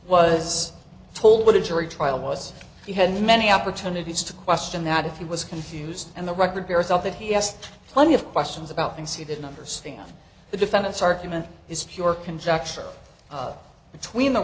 was told what a jury trial was he had many opportunities to question that if he was confused and the record yourself that he asked plenty of questions about things he didn't understand the defendant's argument is pure conjecture between the